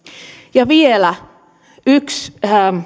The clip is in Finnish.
ja vielä yksi